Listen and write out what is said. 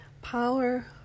power